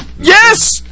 Yes